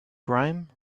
grime